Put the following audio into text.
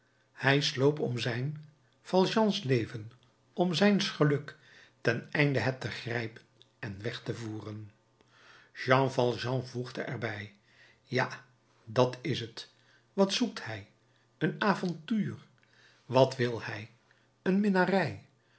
hij sloop om zijn valjean's leven om zijn geluk ten einde het te grijpen en weg te voeren jean valjean voegde er bij ja dat is het wat zoekt hij een avontuur wat wil hij een minnarij